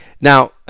Now